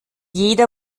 jeder